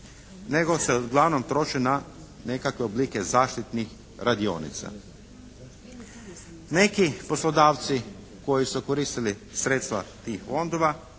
nego se uglavnom troše na nekakve oblike zaštitnih radionica. Neki poslodavci koji su koristili sredstva tih fondova